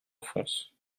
enfance